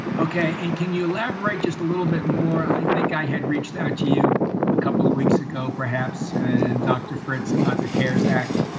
okay. and can you elaborate just a little bit more? i think i had reached out to you a couple of weeks ago, perhaps and dr. fritz about the cares sct.